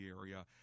area